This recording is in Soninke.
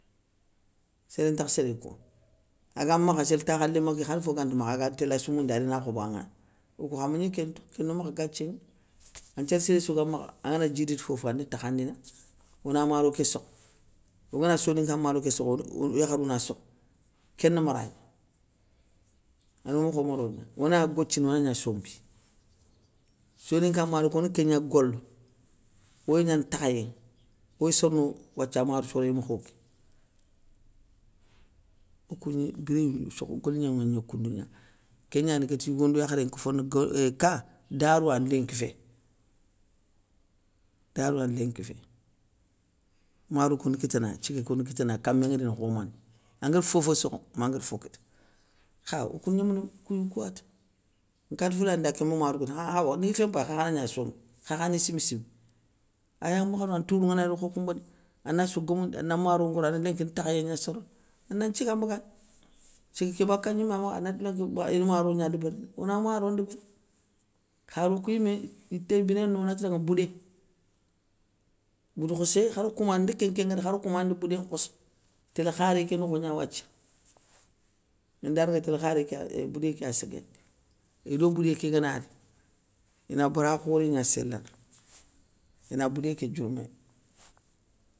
Séré ntakh séré kounou, aga makha, sél takha léma ké khar fo gante makha, aga téla soumoundiya arina khobanŋa, okou kha mégni kéntou, kéno makha gathiégna, an nthiér siréssou ga makha angana djidi ti fofo ana takhandina, ona maro ké sokho, ogana soninka maro ké sokho od o yakharou na sokho kéneu mara gna. Ano makho maro gna, onaya gothini ona gna sombi, soninka maro ké ona kégna golo, oy gnana takhayé oy sorono wathia mare soré mokho ké, okou biréyoundou sakh ogolignanŋa koundougna, kégnani igati yigo ndo yakharé nkoffo neu gue éeeh ka, darouwani lénki fé, darouwani lénki fé, maroukou ona kitana tigua ké ona kitana, kamé nŋa rini kho mané, angari fofo sokho, mangari fo kita, kha okou gnamano kouyou kouwata, nkati foulané dé aké ma maro kita kha khawa gnéthié mpayi khakha na gna sombi, kha khani simsiw, aya makhano an tourou ngana ri kho khoumbéné ana sou gomoundi, ana maro ngoro anati lénki ni takhayé gna sorono, ana nthiga mbagandi, thiga ké baka gnima makha. anati na diouba ini maro gna débérini, oan maro ndébéri, kharou kou yimé yitéy biréy no ona ta danŋa boudé, boudekhossoyé kharo kouma ndi kénké nŋwori kharo koumandi boudé nkhosso, itélé kharé nokho gna wathia inda dagata itélé kharé kéya boudé kéya séguéndi. ido boudé ké ganari, ina bara khoré gna sélana, ina boudé ké diourmi.